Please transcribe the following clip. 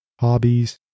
hobbies